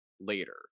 later